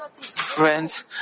friends